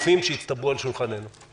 אז יצטרכו לספק או שהמדינה תספק להם כסף.